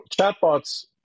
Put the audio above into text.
chatbots